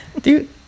dude